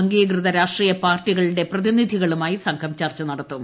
അംഗീകൃത രാഷ്ട്രീയ പാർട്ടികളുടെ പ്രതിനിധികളുമായി സംഘം ചർച്ച നടത്തും